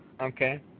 Okay